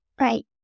Right